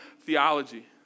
theology